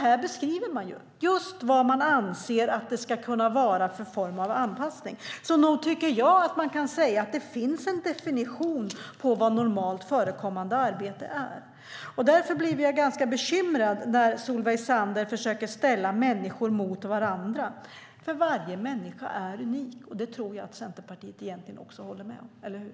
Här beskriver man just vad man anser att det ska kunna vara för form av anpassning. Nog tycker jag att man kan säga att det finns en definition på vad normalt förekommande arbete är. Därför blir jag ganska bekymrad när Solveig Zander försöker ställa människor mot varandra. Varje människa är unik. Det tror jag att Centerpartiet egentligen håller med om, eller hur?